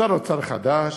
שר אוצר חדש